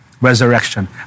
resurrection